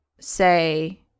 say